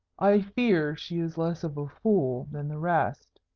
i fear she is less of a fool than the rest.